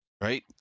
right